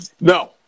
No